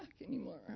anymore